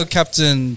Captain